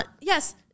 yes